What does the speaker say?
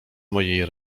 mojej